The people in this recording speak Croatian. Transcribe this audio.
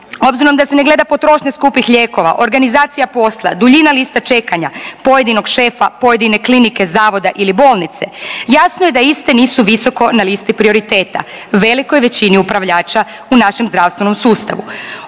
obzirom da se ne gleda potrošnja skupih lijekova, organizacija posla, duljina lista čekanja pojedinog šefa, pojedine klinike, zavoda ili bolnice jasno je da iste nisu visoko na listi prioriteta velikoj većini upravljača u našem zdravstvenom sustavu.